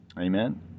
Amen